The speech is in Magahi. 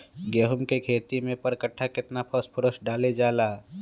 गेंहू के खेती में पर कट्ठा केतना फास्फोरस डाले जाला?